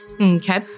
Okay